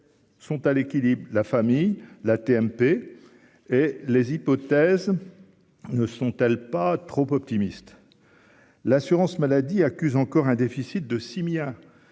sont à l'équilibre, la famille, la TMP et les hypothèses ne sont-elles pas trop optimiste, l'assurance maladie accuse encore un déficit de 6 mias